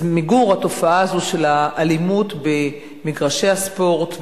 מיגור התופעה הזאת של האלימות במגרשי הספורט,